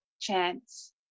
chance